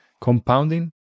compounding